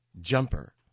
jumper